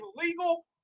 illegal